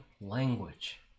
language